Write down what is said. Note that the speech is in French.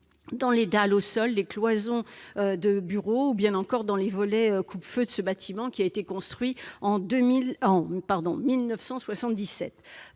dans les dalles au sol, les cloisons de bureaux ou bien encore dans les volets coupe-feu de ce bâtiment construit en 1977.